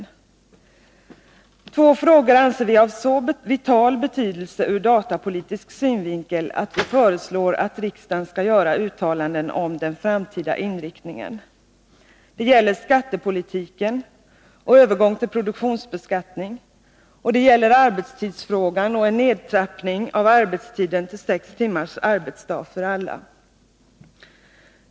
Vi anser att två frågor är av så vital betydelse ur datapolitisk synvinkel att vi föreslår att riksdagen skall göra uttalanden om den framtida inriktningen. Det gäller skattepolitiken och övergång till produktionsbeskattning, vidare arbetstidsfrågan och en nedtrappning av arbetstiden till sex timmars arbetsdag för alla.